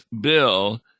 bill